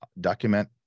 document